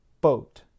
Boat